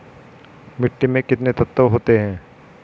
मिट्टी में कितने तत्व होते हैं?